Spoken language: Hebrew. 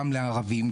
גם לערבים,